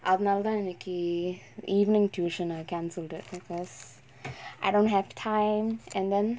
அதனாலதா இன்னிக்கு:athanaalathaa innikku evening tuition I've cancelled it because I don't have time and then